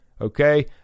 okay